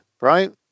right